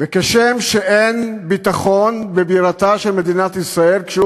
וכשם שאין ביטחון בבירתה של מדינת ישראל כשהוא